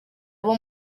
abo